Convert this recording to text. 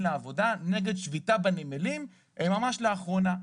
לעבודה נגד שביתה בנמלים ממש לאחרונה.